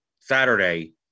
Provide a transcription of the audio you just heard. Saturday